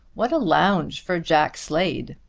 what a lounge for jack slade,